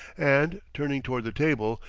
and, turning toward the table,